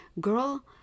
Girl